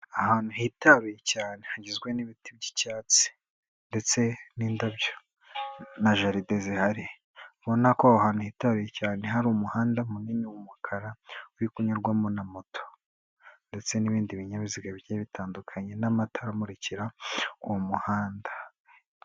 Ahantu hitaruye cyane hagizwe n'ibiti by'icyatsi ndetse n'indabyo na jaride zihari, ubona ko aho hantu hitaruye cyane hari umuhanda munini w'umukara uri kunyurwamo na moto ndetse n'ibindi binyabiziga bigiye bitandukanye n'amatara amurikira uwo muhanda.